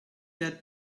let